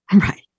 Right